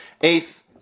Eighth